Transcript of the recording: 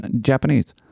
Japanese